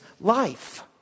life